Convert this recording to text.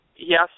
Yes